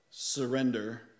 surrender